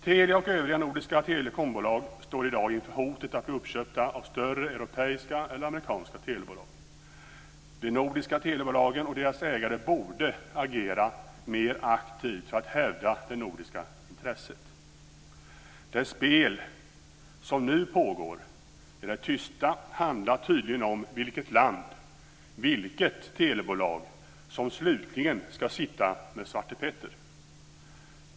Telia och övriga nordiska telekombolag står i dag inför hotet att bli uppköpta av större europeiska eller amerikanska telebolag. De nordiska telebolagen och deras ägare borde agera mer aktivt för att hävda det nordiska intresset. Det spel som nu pågår i det tysta handlar tydligen om vilket land, vilket telebolag, som slutligen ska sitta med Svarte Petter.